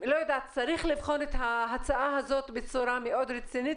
צריך לבחון את ההצעה הזאת בצורה מאוד רצינית,